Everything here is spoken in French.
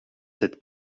cette